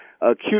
Acute